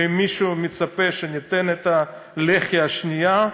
ואם מישהו מצפה שניתן את הלחי השנייה,